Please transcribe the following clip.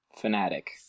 fanatic